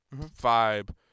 vibe